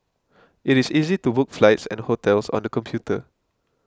it is easy to book flights and hotels on the computer